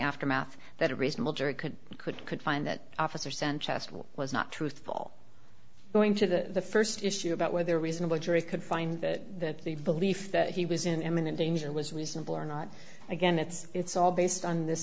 aftermath that a reasonable jury could could could find that officer sent chest will was not truthful going to the first issue about whether reasonable jury could find that the belief that he was in imminent danger was reasonable or not again it's it's all based on this